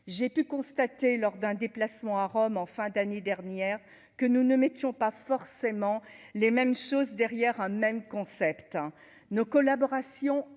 j'ai pu constater lors d'un déplacement à Rome en fin d'année dernière, que nous ne mettions pas forcément les mêmes choses derrière un même concept nos collaborations